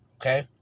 Okay